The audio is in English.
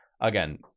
Again